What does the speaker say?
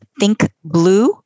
thinkblue